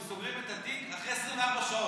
הם סוגרים את התיק אחרי 24 שעות.